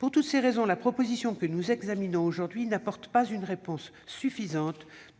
Pour toutes ces raisons, la proposition que nous examinons aujourd'hui n'apporte pas une réponse suffisante.